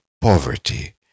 poverty